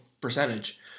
percentage